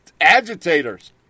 agitators